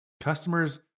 Customers